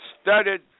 Studied